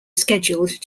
scheduled